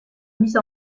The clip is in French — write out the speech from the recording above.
mise